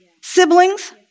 siblings